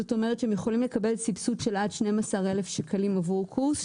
זאת אומרת שהם יכולים לקבל סיבסוד של עד 12,000 שקלים עבור קורס,